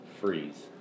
freeze